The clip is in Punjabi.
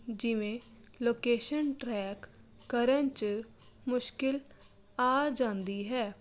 ਜਿਵੇਂ ਲੋਕੇਸ਼ਨ ਟਰੈਕ ਕਰਨ 'ਚ ਮੁਸ਼ਕਿਲ ਆ ਜਾਂਦੀ ਹੈ